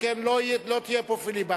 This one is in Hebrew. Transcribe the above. שכן לא יהיה פה פיליבסטר.